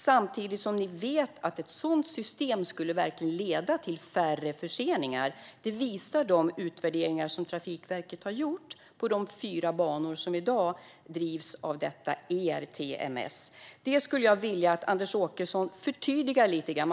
Samtidigt vet vi att ett sådant system verkligen skulle leda till färre förseningar. Det visar de utvärderingar som Trafikverket har gjort av de fyra banor som i dag drivs med ERTMS. Jag skulle vilja att du förtydligade detta lite grann, Anders Åkesson.